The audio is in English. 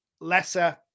lesser